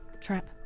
trap